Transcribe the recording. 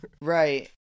Right